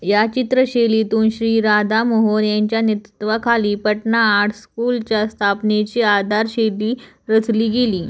या चित्रशैलीतून श्री राधा मोहन यांच्या नेतृत्वाखाली पाटणा आर्ट स्कूलच्या स्थापनेची आधारशीला रचली गेली